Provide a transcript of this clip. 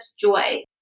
joy